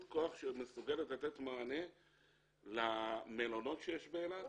כוח שמסוגלת לתת מענה למלונות שיש באילת